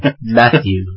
Matthew